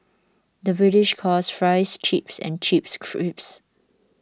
the British calls Fries Chips and Chips Crisps